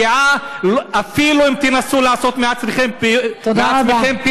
אפילו אם תנסו לעשות מעצמכם פטריוטים,